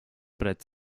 brett